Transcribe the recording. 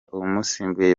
umusimbuye